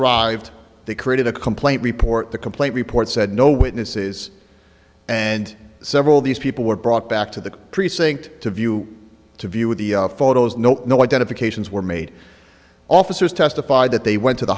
arrived they created a complaint report the complaint report said no witnesses and several of these people were brought back to the precinct to view to view the photos no no identifications were made officers testified that they went to the